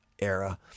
era